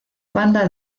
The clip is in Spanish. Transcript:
banda